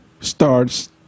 starts